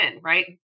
right